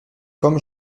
comme